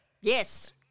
Yes